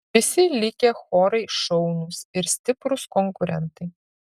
visi likę chorai šaunūs ir stiprūs konkurentai